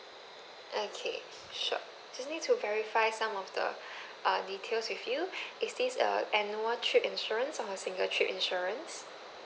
okay sure just need to verify some of the uh details with you is this a annual trip insurance or a single trip insurance